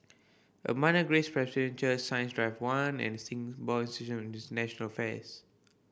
Abundant Grace Presbyterian Church Science Drive One and Singapore Institute of International Affairs